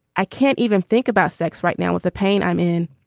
i can't even think about sex right now with the pain i'm in.